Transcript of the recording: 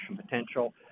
potential